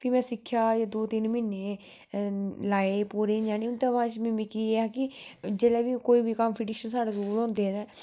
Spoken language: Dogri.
फ्ही में सिक्खेआ एह् दो तिन म्हीने लाए पूरे इ'यां न ओह्दे बाद च मिकी एह् हा कि जेल्लै बी कोई बी कंपीटिशन साढ़े स्कूल होंदे हे ते